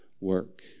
work